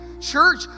church